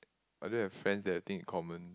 I don't have friends that have thing in common